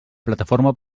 plataforma